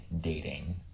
dating